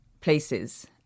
places